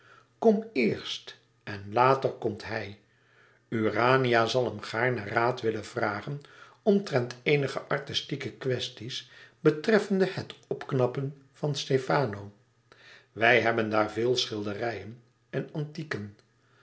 kom eerst en later komt hij urania zal hem gaarne raad willen vragen omtrent eenige artistieke kwesties betreffende het opknappen van san stefano wij hebben daar veel schilderijen en antieken